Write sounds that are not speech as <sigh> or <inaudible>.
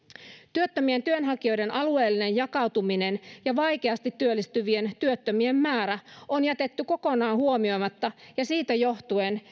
työttömien työnhakijoiden alueellinen jakautuminen ja vaikeasti työllistyvien työttömien määrä on jätetty kokonaan huomioimatta ja siitä johtuen <unintelligible>